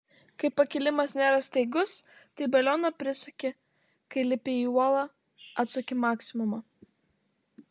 kai pakilimas nėra staigus tai balioną prisuki kai lipi į uolą atsuki maksimumą